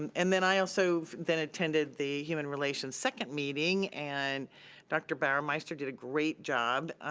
and and then i also then attended the human relations second meeting and dr. bauermeister did a great job.